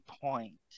point